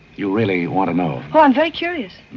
you really want to know oh, i'm very curious